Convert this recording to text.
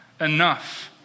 enough